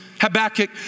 Habakkuk